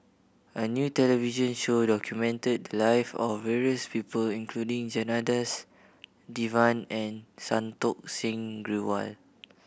a new television show documented the live of various people including Janadas Devan and Santokh Singh Grewal